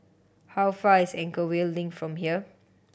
how far is Anchorvale Link from here